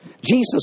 Jesus